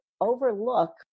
overlook